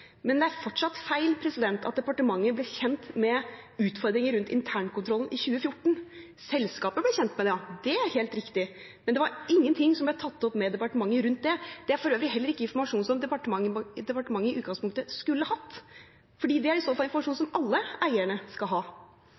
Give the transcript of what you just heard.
men det er fortsatt feil at departementet ble kjent med utfordringer rundt internkontrollen i 2014. Selskapet ble kjent med det, det er helt riktig, men det var ingenting som ble tatt opp med departementet rundt det. Det er for øvrig heller ikke informasjon som departementet i utgangspunktet skulle hatt, for det er i så fall informasjon som alle eierne skal ha.